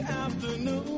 afternoon